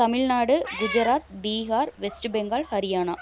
Tamil Nadu Gujarat Bihar West Bengal Haryana